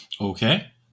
okay